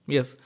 Yes